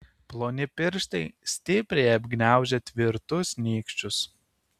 ploni pirštai stipriai apgniaužę tvirtus nykščius